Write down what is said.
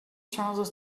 trousers